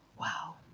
wow